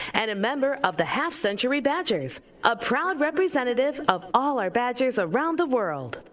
and a member of the half-century badgers a proud representative of all our badgers around the world.